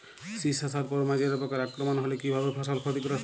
শীষ আসার পর মাজরা পোকার আক্রমণ হলে কী ভাবে ফসল ক্ষতিগ্রস্ত?